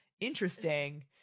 interesting